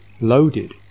loaded